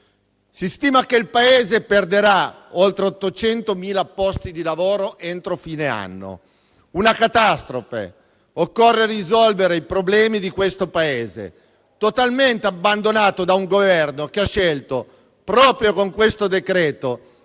Si stima che il Paese perderà oltre 800.000 posti di lavoro entro fine anno: una catastrofe. Occorre risolvere i problemi di questo Paese, totalmente abbandonato da un Governo che ha scelto, proprio con questo decreto-legge,